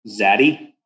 Zaddy